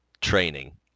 training